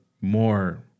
more